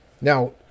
Now